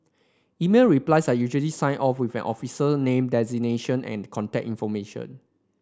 email replies are usually signed off with an officer name designation and contact information